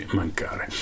mancare